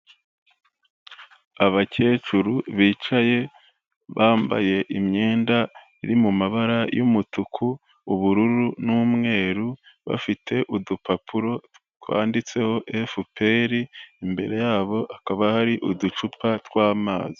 Abakecuru bicaye bambaye imyenda iri mu mabara y'umutuku, ubururu n'umweru, bafite udupapuro twanditseho FPR imbere yabo hakaba hari uducupa tw'amazi.